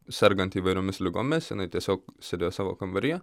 serganti įvairiomis ligomis jinai tiesiog sėdėjo savo kambaryje